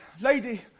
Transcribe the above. Lady